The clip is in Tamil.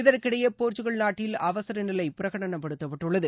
இதற்கிடையேபோர்ச்சுகல் நாட்டில் அவசரநிலைபிரகடனப்படுத்தப்பட்டுள்ளது